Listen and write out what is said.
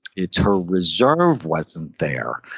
it's her reserve wasn't there.